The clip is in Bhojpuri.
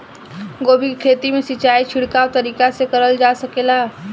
गोभी के खेती में सिचाई छिड़काव तरीका से क़रल जा सकेला?